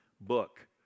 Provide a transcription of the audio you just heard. book